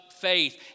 faith